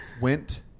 went